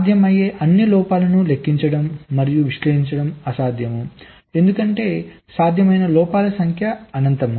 సాధ్యమయ్యే అన్ని లోపాలను లెక్కించడం మరియు విశ్లేషించడం అసాధ్యం ఎందుకంటే సాధ్యమయ్యే లోపాల సంఖ్య అనంతం